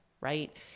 right